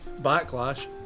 backlash